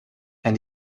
and